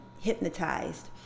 hypnotized